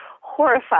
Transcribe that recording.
horrified